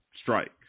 strike